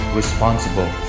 responsible